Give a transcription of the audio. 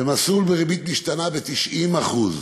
במסלול בריבית משתנה, ב-90%.